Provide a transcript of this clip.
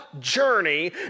journey